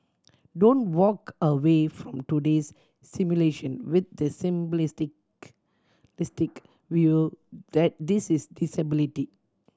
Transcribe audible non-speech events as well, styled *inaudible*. don't walk away from today's simulation with the simplistic *unintelligible* view that this is disability